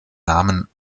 namen